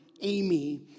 Amy